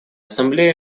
ассамблеи